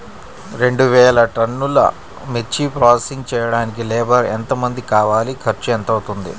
రెండు వేలు టన్నుల మిర్చి ప్రోసెసింగ్ చేయడానికి లేబర్ ఎంతమంది కావాలి, ఖర్చు ఎంత అవుతుంది?